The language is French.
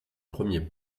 premiers